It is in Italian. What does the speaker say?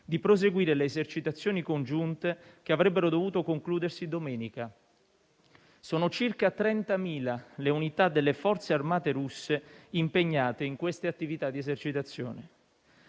di proseguire le esercitazioni congiunte che avrebbero dovuto concludersi domenica. Sono circa 30.000 le unità delle forze armate russe impegnate in queste attività di esercitazione.